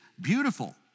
beautiful